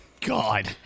God